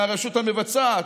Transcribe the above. מהרשות המבצעת,